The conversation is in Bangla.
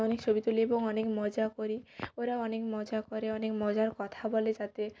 অনেক ছবি তুলি এবং অনেক মজা করি ওরাও অনেক মজা করে অনেক মজার কথা বলে যাতে